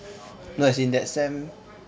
no as in that sem